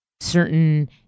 certain